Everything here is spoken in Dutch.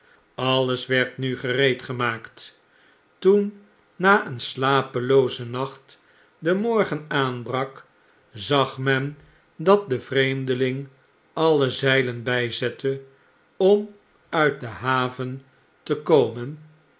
alles werd nu gereedgemaakt toen na een slapeioozen nacht de morgen aanbrak zag men dat de vreemdeling alle zeilen byzette om uit de haven te komen